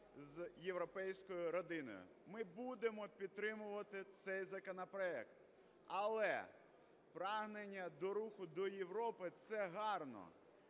з європейською родиною. Ми будемо підтримувати цей законопроект. Але прагнення до руху до Європи – це гарно,